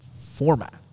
format